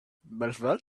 before